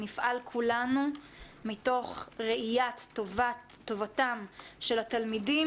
נפעל כולנו מתוך ראיית טובתם של התלמידים